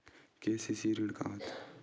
KCC ऋण का होथे?